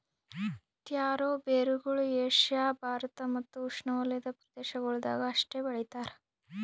taro ಬೇರುಗೊಳ್ Asia Bharat ಮತ್ತ್ ಉಷ್ಣೆವಲಯದ ಪ್ರದೇಶಗೊಳ್ದಾಗ್ ಅಷ್ಟೆ ಬೆಳಿತಾರ್